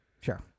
Sure